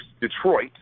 Detroit